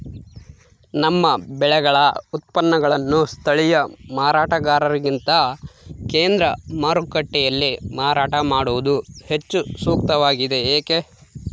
ನಮ್ಮ ಬೆಳೆಗಳ ಉತ್ಪನ್ನಗಳನ್ನು ಸ್ಥಳೇಯ ಮಾರಾಟಗಾರರಿಗಿಂತ ಕೇಂದ್ರ ಮಾರುಕಟ್ಟೆಯಲ್ಲಿ ಮಾರಾಟ ಮಾಡುವುದು ಹೆಚ್ಚು ಸೂಕ್ತವಾಗಿದೆ, ಏಕೆ?